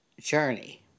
journey